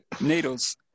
Needles